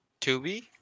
Tubi